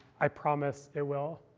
i promise it will.